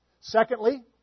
Secondly